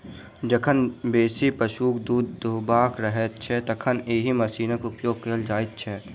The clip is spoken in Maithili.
जखन बेसी पशुक दूध दूहबाक रहैत छै, तखन एहि मशीनक उपयोग कयल जाइत छै